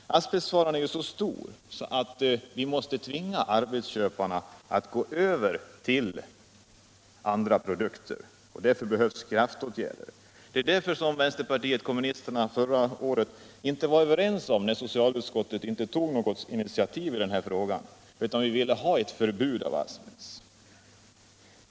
Asbestfaran är så stor att vi måste tvinga arbetsköparna att gå över till andra produkter, och därför behövs det kraftåtgärder. Därför motsatte sig också vänsterpartiet kommunisterna förra året att socialutskottet inte tog något initiativ i frågan. Vi ville ha ett förbud mot asbest.